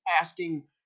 asking